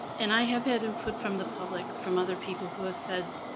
and i have had input from the public, from other people who have said,